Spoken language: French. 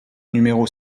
numéro